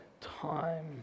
time